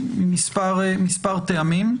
ממספר טעמים.